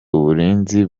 uburinzi